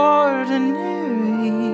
ordinary